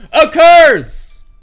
occurs